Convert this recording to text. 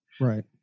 Right